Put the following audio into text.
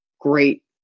great